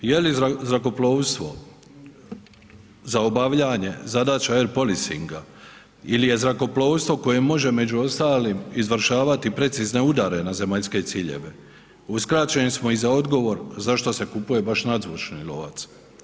Je li zrakoplovstvo za obavljanje zadaća air policeinga ili je zrakoplovstvo koje može među ostalim izvršavati precizne udare na zemaljske ciljeve, uskraćeni smo i za odgovor zašto se kupuje baš nadzvučni lovac.